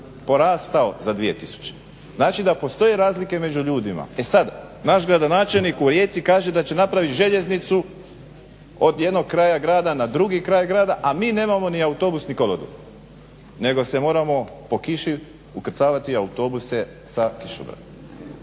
porastao za 2000. Znači da postoje razlike među ljudima. E sad, naš gradonačelnik u Rijeci kaže da će napravit željeznicu od jednog kraja grada na drugi kraj grada, a mi nemamo ni autobusni kolodvor, nego se moramo po kiši ukrcavati u autobuse sa kišobranom.